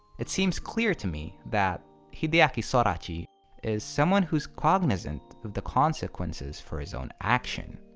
it seems clear to me that hideaki sorachi is someone who's cognizant of the consequences for his own action.